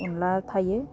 अनद्ला थायो